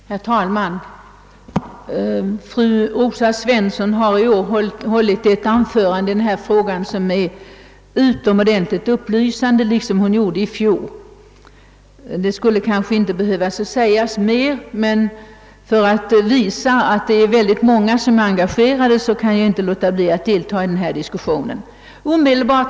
Herr talman! Fru Rosa Svensson har i år liksom i fjol hållit ett utomordentligt upplysande anförande i denna fråga. Det skulle kanske inte behöva sägas mer, men för att visa att verkligen många är engagerade vill jag inte underlåta att delta i denna diskussion.